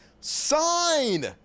sign